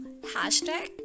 hashtag